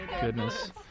goodness